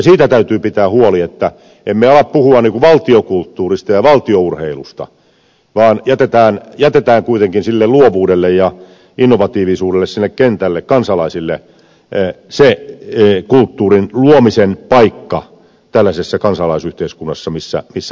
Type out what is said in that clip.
siitä täytyy pitää huoli että emme ala puhua valtiokulttuurista ja valtiourheilusta vaan jätetään kuitenkin sille luovuudelle ja innovatiivisuudelle sinne kentälle kansalaisille se kulttuurin luomisen paikka tällaisessa kansalaisyhteiskunnassa missä me elämme